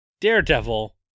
Daredevil